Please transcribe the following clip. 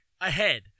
ahead